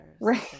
Right